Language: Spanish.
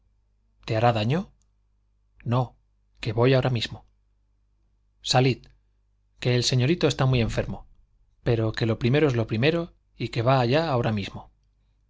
te hará daño no que voy ahora mismo salid que el señorito está muy enfermo pero que lo primero es lo primero y que va allá ahora mismo